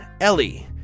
Ellie